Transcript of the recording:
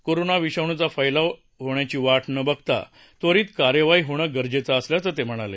corona विषाणूचा फैलाव होण्याची वाट न बघता त्वरीत कार्यवाही होण गरजेचं असल्याचं ते म्हणाले